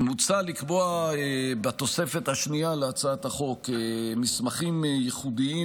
מוצע לקבוע בתוספת השנייה להצעת החוק מסמכים ייחודיים